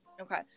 okay